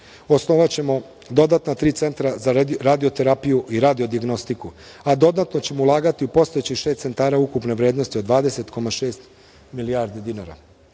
Osnovaćemo dodatna tri centra za radioterapiju i radiodijagnostiku, a dodatno ćemo ulagati u postojećih šest centara ukupne vrednosti od 20,6 milijardi dinara.